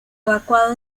evacuado